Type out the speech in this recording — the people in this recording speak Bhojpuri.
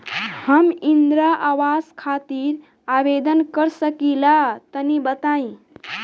हम इंद्रा आवास खातिर आवेदन कर सकिला तनि बताई?